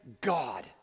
God